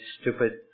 stupid